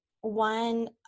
one